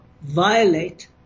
violate